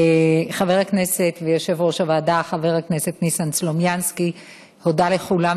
חבר הכנסת ויושב-ראש הוועדה ניסן סלומינסקי הודה לכולם,